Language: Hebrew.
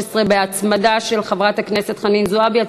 התשע"ג 2013, של חברת הכנסת חנין זועבי, בהצמדה.